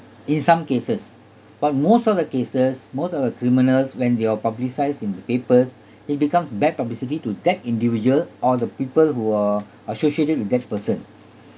in some cases but most of the cases most of the criminals when they're publicised in the papers it becomes bad publicity to that individual or the people who are associated with this person